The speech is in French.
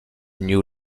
new